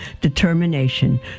determination